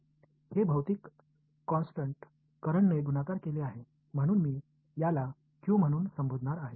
हे भौतिक constant current ने गुणाकार केले आहे म्हणून मी याला क्यू म्हणून संबोधणार आहे